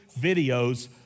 videos